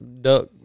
duck –